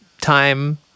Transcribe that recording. time